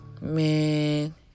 man